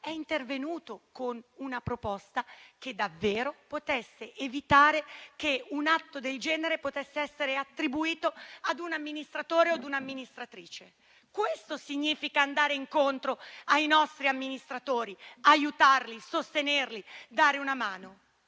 è intervenuto con una proposta per evitare davvero che un atto del genere potesse essere attribuito a un amministratore o a un'amministratrice. Questo significa andare incontro ai nostri amministratori, aiutarli, sostenerli e dare loro una mano,